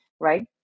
right